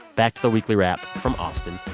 back to the weekly wrap from austin.